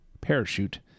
parachute